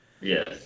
Yes